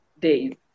days